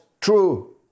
true